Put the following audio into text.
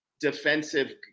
defensive